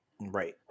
Right